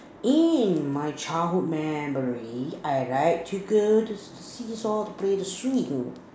in my childhood memory I like to go to the see saw to play the street row